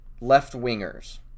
left-wingers